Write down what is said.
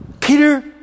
Peter